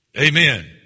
Amen